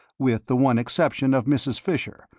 with the one exception of mrs. fisher,